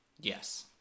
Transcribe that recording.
Yes